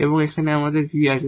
এবং এখানে আমাদের v আছে